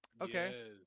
Okay